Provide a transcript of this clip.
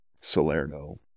Salerno